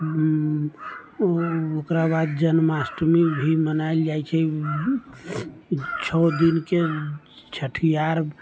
उ ओकरा बाद जन्माष्टमी भी मनायल जाइ छै छओ दिनके छठिहार